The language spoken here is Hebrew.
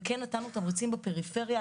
וכן נתנו תמריצים בפריפריה,